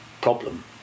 problem